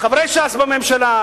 חברי ש"ס בממשלה,